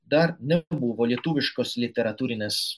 dar nebuvo lietuviškos literatūrinės